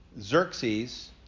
Xerxes